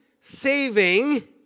saving